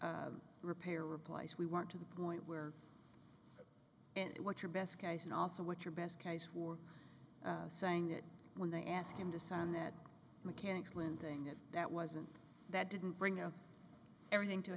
repair or replace we weren't to the point where and what your best case and also what your best case who are saying that when they ask him to sign that mechanically and thing that wasn't that didn't bring up everything to